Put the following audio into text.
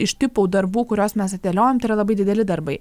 iš tipų darbų kuriuos mes atidėliojam tai yra labai dideli darbai